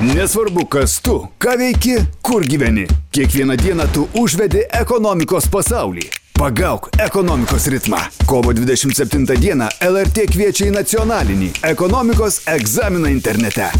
nesvarbu kas tu ką veiki kur gyveni kiekvieną dieną tu užvedi ekonomikos pasaulį pagauk ekonomikos ritmą kovo dvidešimt septintą dieną lrt kviečia į nacionalinį ekonomikos egzaminą internete